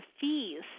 fees